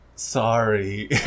Sorry